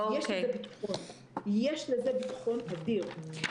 יש בזה ביטחון אדיר.